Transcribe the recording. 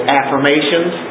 affirmations